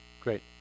Great